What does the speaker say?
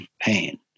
pain